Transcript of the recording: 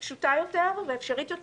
פשוטה ואפשרית יותר.